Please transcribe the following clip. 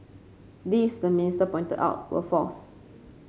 these the minister pointed out were false